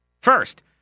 First